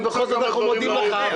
אבל בכל זאת אנחנו מודים לך.